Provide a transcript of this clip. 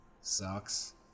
sucks